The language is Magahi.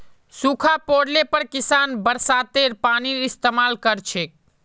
सूखा पोड़ले पर किसान बरसातेर पानीर इस्तेमाल कर छेक